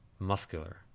Muscular